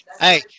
Hey